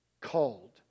called